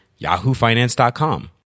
yahoofinance.com